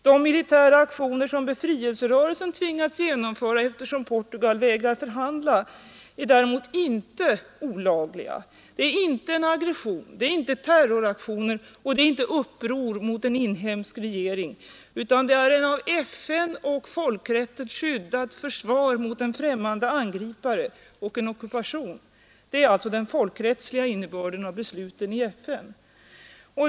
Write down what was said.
De militära aktioner som befrielserörelsen tvingats genomföra eftersom Portugal vägrar förhandla är däremot inte olagliga. Det är inte en aggression, det är inte terroraktioner, och det är inte uppror mot en inhemsk regering, utan det är ett av FN och folkrätten skyddat försvar mot en främmande angripare och en ockupation. Det är alltså den folkrättsliga innebörden av besluten i FN.